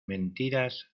mentiras